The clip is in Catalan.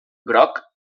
groc